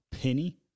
Penny